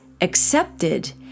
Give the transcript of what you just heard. accepted